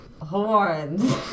horns